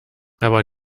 aber